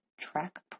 track